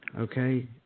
Okay